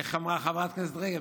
איך אמרה חברת הכנסת רגב?